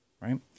right